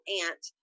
aunt